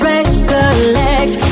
Recollect